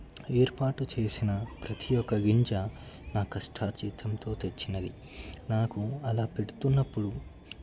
ఏర్పాటు చేసిన ప్రతి ఒక్క గింజ నా కష్టార్జితంతో తెచ్చినవి నాకు అలా పెడుతున్నప్పుడు